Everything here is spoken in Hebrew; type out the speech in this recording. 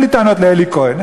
אין לי טענות לאלי כהן,